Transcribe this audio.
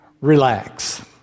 relax